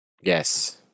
Yes